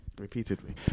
Repeatedly